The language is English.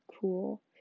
cool